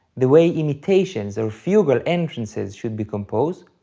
the way imitations or fugal entrances should be composed,